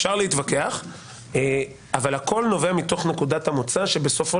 אפשר להתווכח אבל הכול נובע מתוך נקודת המוצא שבסופו